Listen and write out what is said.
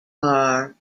are